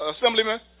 Assemblyman